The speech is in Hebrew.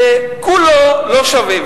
זה כולו לא שווה.